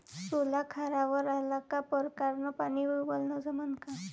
सोला खारावर आला का परकारं न पानी वलनं जमन का?